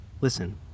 Listen